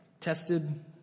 tested